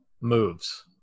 moves